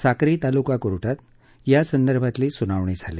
साक्री तालुका कोर्टात यासंदर्भातली सुनावणी झाली